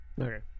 Okay